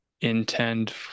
intend